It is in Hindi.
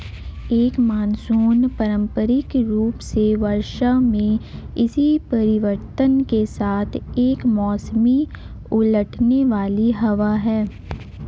एक मानसून पारंपरिक रूप से वर्षा में इसी परिवर्तन के साथ एक मौसमी उलटने वाली हवा है